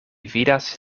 vidas